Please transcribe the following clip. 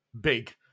big